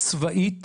צבאית